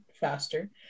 faster